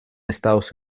estados